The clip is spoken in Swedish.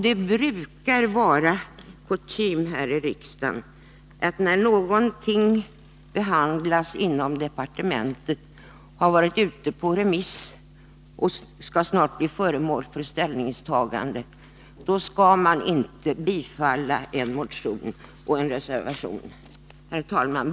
Det brukar vara kutym att riksdagen, när någonting behandlas inom departementet, har varit ute på remiss och snart skall bli föremål för ställningstagande, inte bifaller en motion eller en reservation. Herr talman!